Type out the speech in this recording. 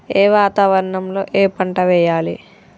ఏ వాతావరణం లో ఏ పంట వెయ్యాలి?